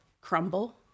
crumble